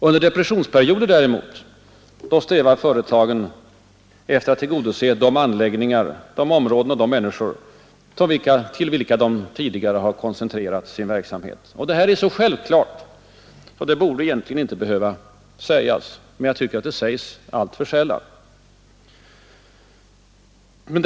Under depressionsperioder däremot strävar företagen efter att tillgodose de anläggningar, de områden och de människor till vilka de tidigare har koncentrerat sin verksamhet. Detta är så självklart att det egentligen inte borde behöva sägas. Men jag tycker det sägs alltför sällan.